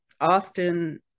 often